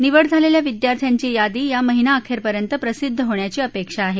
निवड झालेल्या विद्यार्थ्यांची यादी या महिनाअखेरपर्यंत प्रसिद्ध होण्याची अपेक्षा आहे